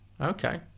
Okay